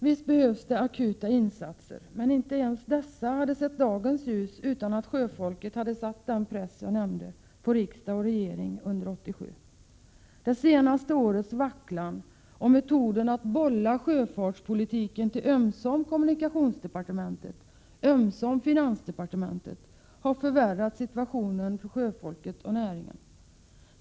Visst behövs det akuta insatser, men inte ens dessa hade sett dagens ljus utan att sjöfolket hade satt den press som jag har nämnt, på riksdag och regering under 1987. Det senaste årets vacklan och metoden att bolla sjöfartspolitiken till ömsom kommunikationsdepartementet, ömsom finansdepartementet har förvärrat situationen för sjöfolket och näringen.